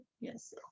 Yes